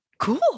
Cool